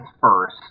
First